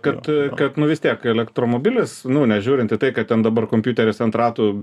kad kad nu vis tiek elektromobilis nu nežiūrint į tai kad ten dabar kompiuteris ant ratų